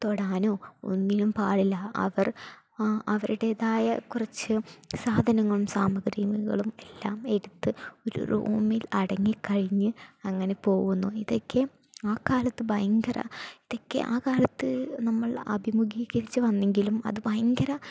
തൊടാനോ ഒന്നിനും പാടില്ല അവർ അവരുടെതായ കുറച്ച് സാധനങ്ങളും സാമഗ്രികളും എല്ലാം എടുത്തു ഒരു റൂമിൽ അടങ്ങിക്കഴിഞ്ഞ് അങ്ങനെ പോവുന്നു ഇതൊക്ക ആ കാലത്ത് ഭയങ്കര ഇതൊക്കെ ആ കാലത്ത് നമ്മൾ അഭിമുഖീകരിച്ച് വന്നെങ്കിലും അത് ഭയങ്കര